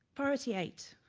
priority eight,